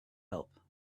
help